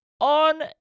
on